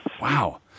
Wow